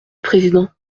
président